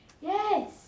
Yes